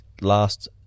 last